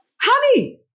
Honey